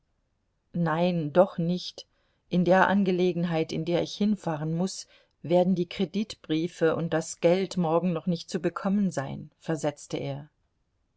nein doch nicht in der angelegenheit in der ich hinfahren muß werden die kreditbriefe und das geld morgen noch nicht zu bekommen sein versetzte er